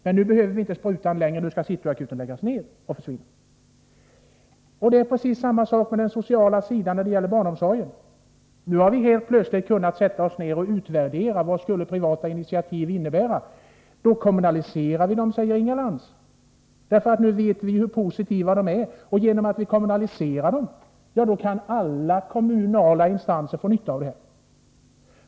Men nu behöver vi inte sprutan längre, nu skall City Akuten läggas ned och försvinna. Det är precis samma sak på den sociala sidan när det gäller barnomsorgen. Nu har vi helt plötsligt kunnat sätta oss ner och utvärdera vad privata initiativ skulle kunna innebära. Då kommunaliserar vid dem, säger Inga Lantz. Nu vet vi ju hur positiva de är. Genom att vi kommunaliserar dem kan alla kommuner och instanser få nytta av detta.